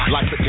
Life